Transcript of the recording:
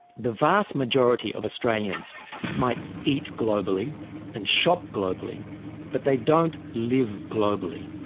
the vast majority of australians might eat globally and shop globally but they don't live globally.